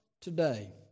today